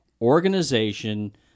organization